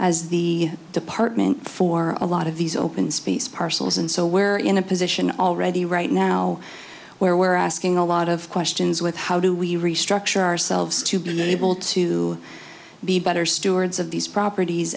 as the department for a lot of these open space parcels and so where in a position already right now where we're asking a lot of questions with how do we restructure ourselves to been able to be better stewards of these properties